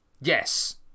yes